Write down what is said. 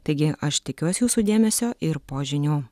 taigi aš tikiuos jūsų dėmesio ir po žinių